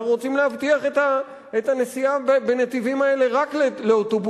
אנחנו רוצים להבטיח את הנסיעה בנתיבים האלה רק לאוטובוסים,